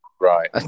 Right